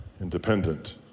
independent